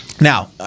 Now